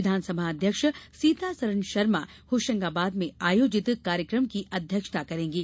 विधानसभा अध्यक्ष सीतासरण शर्मा होशंगाबाद में आयोजित कार्यक्रम की अध्यक्षता करेंगे